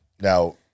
Now